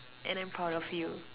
and I'm proud of you